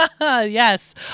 Yes